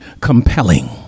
Compelling